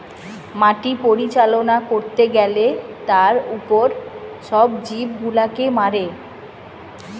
মাটি পরিচালনা করতে গ্যালে তার উপর সব জীব গুলাকে মারে